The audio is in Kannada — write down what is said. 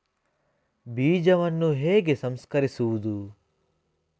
ಬೀಜವನ್ನು ಹೇಗೆ ಸಂಸ್ಕರಿಸುವುದು?